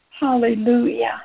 Hallelujah